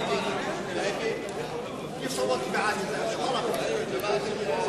אי-אמון בממשלה לא נתקבלה.